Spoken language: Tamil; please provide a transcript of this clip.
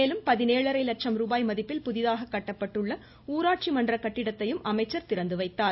மேலும் பதினேழரை லட்சம் ரூபாய் மதிப்பில் புதிதாக கட்டப்பட்டுள்ள ஊராட்சி மன்ற கட்டிடத்தையும் அமைச்சர் திறந்துவைத்தார்